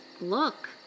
look